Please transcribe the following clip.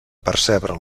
percebre